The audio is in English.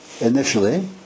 initially